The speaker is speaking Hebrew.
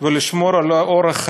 ולשמור על אורח החיים,